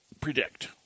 predict